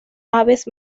aves